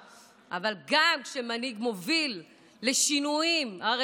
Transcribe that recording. אבל גם כשמנהיג מוביל לשינויים הרי גורל,